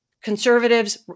conservatives